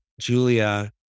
Julia